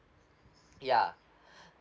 ya